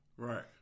Right